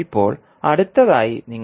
ഇപ്പോൾ അടുത്തതായി നിങ്ങൾ